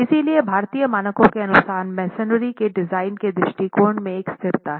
इसलिए भारतीय मानकों के अनुसार मेसनरी के डिजाइन के दृष्टिकोण में एक स्थिरता है